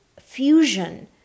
fusion